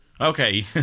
Okay